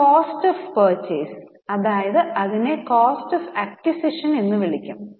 നാം cost of purchase നമ്മൾ അതിനെ കോസ്ററ് ഓഫ് അക്വിസിഷൻ എന്ന് വിളിക്കും